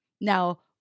Now